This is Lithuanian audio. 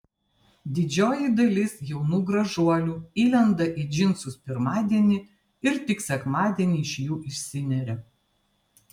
didžioji dalis jaunų gražuolių įlenda į džinsus pirmadienį ir tik sekmadienį iš jų išsineria